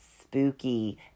spooky